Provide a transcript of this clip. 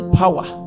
power